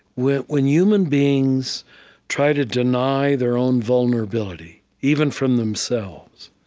when when human beings try to deny their own vulnerability, even from themselves,